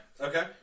Okay